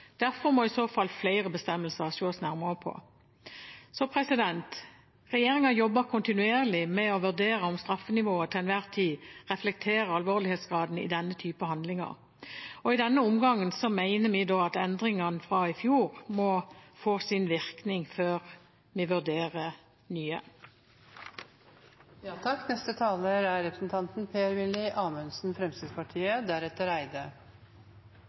Derfor må i så fall flere bestemmelser ses nærmere på. Regjeringen jobber kontinuerlig med å vurdere om straffenivået til enhver tid reflekterer alvorlighetsgraden i denne typen handlinger. I denne omgangen mener vi at endringene fra i fjor må få sin virkning før vi vurderer